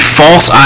false